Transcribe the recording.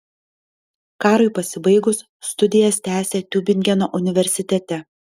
karui pasibaigus studijas tęsė tiubingeno universitete